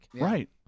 right